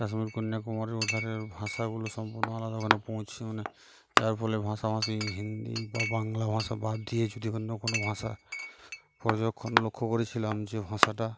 কাশ্মীর কন্যাকুমারীর ওধারের ভাষাগুলো সম্পূর্ণ আলাদা ওখানে পৌঁছে মানে যার ফলে ভাষাভাষী হিন্দি বা বাংলা ভাষা বাদ দিয়ে যদি অন্য কোনো ভাষা পর্যবেক্ষণ লক্ষ্য করেছিলাম যে ভাষাটা